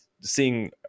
seeing